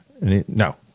No